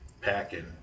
packing